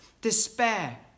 despair